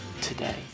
today